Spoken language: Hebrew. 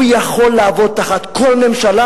הוא יכול לעבוד תחת כל ממשלה.